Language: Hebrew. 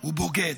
הוא בוגד.